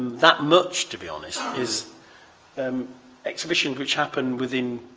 that much to be honest is and exhibitions which happen within